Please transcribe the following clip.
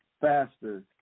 faster